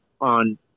on